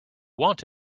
want